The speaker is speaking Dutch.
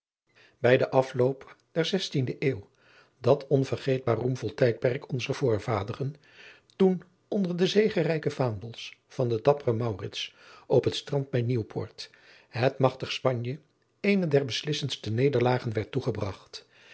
bij den afloop der zestiende eeuw dat onvergeetbaar roemvol tijdperk onzer voorvaderen toen onder de zegerijke vaandels van den dapperen maurits op het strand bij nieuwpoort het magtig spanje eene der beslissendste nederlagen werd toegebragt